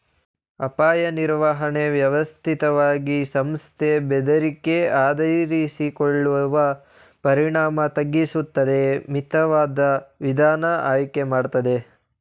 ಅಪಾಯ ನಿರ್ವಹಣೆ ವ್ಯವಸ್ಥಿತವಾಗಿ ಸಂಸ್ಥೆ ಬೆದರಿಕೆ ಅರ್ಥೈಸಿಕೊಳ್ಳುವ ಪರಿಣಾಮ ತಗ್ಗಿಸುತ್ತದೆ ಮಿತವಾದ ವಿಧಾನ ಆಯ್ಕೆ ಮಾಡ್ತದೆ